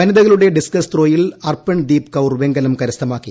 വനിതകളുടെ ഡിസ്കസ് ത്രോയിൽ അർപ്പൻ ദീപ് കൌർ വെങ്കലം കരസ്ഥമാക്കി